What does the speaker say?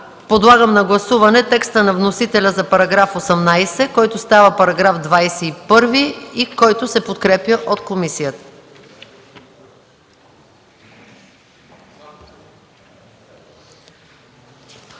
Подлагам на гласуване текста на вносителя за § 21, който става § 24 и който се подкрепя от комисията.